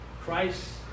Christ